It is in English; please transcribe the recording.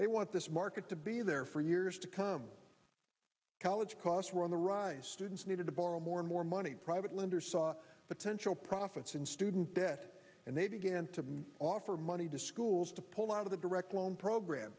they want this market to be there for years to come college costs were on the rise students needed to borrow more and more money private lenders saw potential profits in student debt and they began to offer money to schools to pull out of the direct loan program